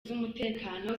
z’umutekano